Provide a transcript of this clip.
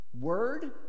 Word